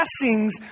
blessings